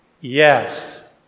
Yes